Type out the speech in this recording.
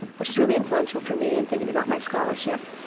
which is really influential for me in thinking about my scholarship.